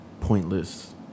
pointless